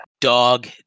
dog